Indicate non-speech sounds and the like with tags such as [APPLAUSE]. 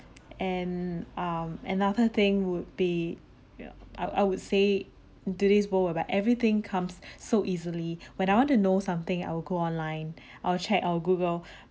and um another thing would be I I would say in today's world whereby everything comes so easily when I want to know something I will go online [BREATH] I will check check I will google [BREATH]